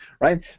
right